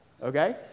okay